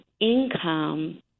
income